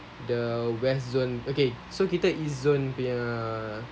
the west zone okay so kita east zone err